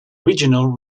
original